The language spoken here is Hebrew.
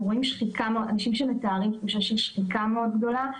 אנחנו רואים אנשים שמתאים תחושה של שחיקה מאוד גדולה.